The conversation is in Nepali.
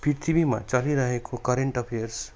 पृथ्वीमा चलिरहेको करेन्ट अफियर्स